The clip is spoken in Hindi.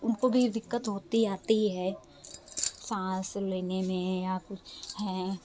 उनको भी दिक्कत होती रहती है सांस लेने में या कुछ हैं